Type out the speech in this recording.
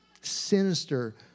sinister